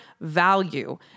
value